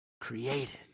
created